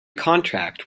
contract